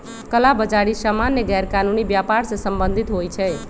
कला बजारि सामान्य गैरकानूनी व्यापर से सम्बंधित होइ छइ